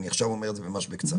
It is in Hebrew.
עכשיו אני אומר את זה ממש בקצרה,